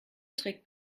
trägt